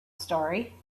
story